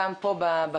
גם פה בכנסת,